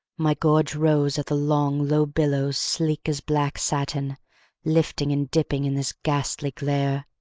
my gorge rose at the long, low billows-sleek as black satin lifting and dipping in this ghastly glare.